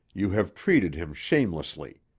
you have treated him shamelessly.